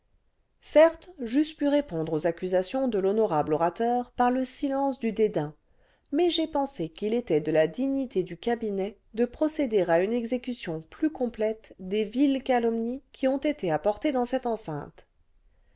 certes j'eusse pu répondre aux accusations de l'honorable orateur par le silence du dédain mais j'ai pensé qu'il était de la dignité du cabinet de procéder aune exécution plus complète des viles calomnies qui ont été apportées dans cette enceinte